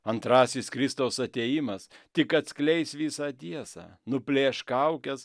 antrasis kristaus atėjimas tik atskleis visą tiesą nuplėš kaukes